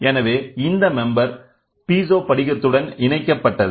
எனவேஇந்த உறுப்பினர் பீசோ படிகத்துடன் இணைக்கப்பட்டது